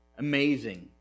Amazing